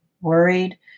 worried